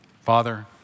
Father